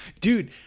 dude